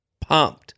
pumped